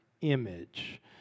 image